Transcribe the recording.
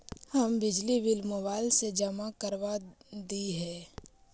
हम बिजली bill mobile से जमा करवा देहियै?